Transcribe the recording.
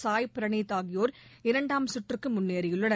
சாய் ப்ரணீத் ஆகியோர் இரண்டாம் சுற்றுக்கு முன்னேறியுள்ளனர்